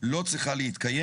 לא צריכה להתקיים.